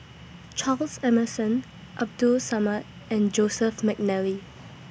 Charles Emmerson Abdul Samad and Joseph Mcnally